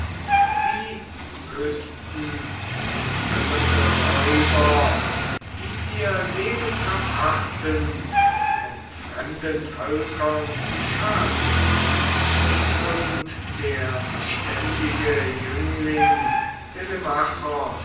wie küstenumirrende räuber die ihr leben verachten um fremden völkern zu schaden und der verständige jüngling